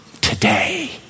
Today